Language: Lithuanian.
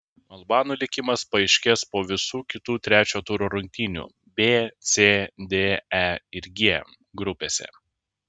albanų likimas paaiškės po visų kitų trečio turo rungtynių b c d e ir g grupėse